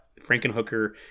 Frankenhooker